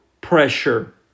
pressure